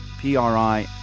PRI